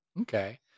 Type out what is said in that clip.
Okay